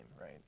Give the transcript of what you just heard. right